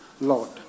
Lord